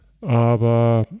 aber